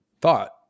thought